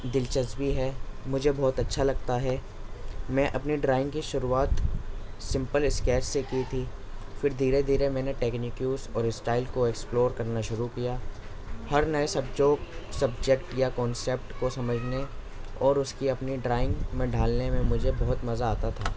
دلچسپی ہے مجھے بہت اچھا لگتا ہے میں اپنے ڈرائنگ کی شروعات سمپل اسکیچ سے کی تھی پھر دھیرے دھیرے میں نے ٹیکنیکیوس اور اسٹائل کو ایکسپلور کرنا شروع کیا ہر نئے سبجوک سبجیکٹ یا کانسپٹ کو سمجھنے اور اس کی اپنی ڈرائنگ میں ڈھالنے میں مجھے بہت مزہ آتا تھا